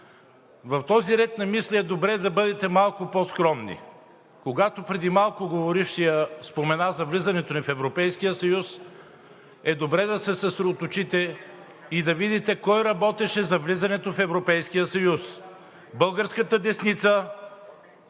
В този ред на мисли е добре да бъдете малко по-скромни. Когато преди малко говорившият спомена за влизането ни в Европейския съюз, е добре да се съсредоточите и да видите кой работеше за влизането в Европейския съюз – българската десница,